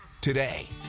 today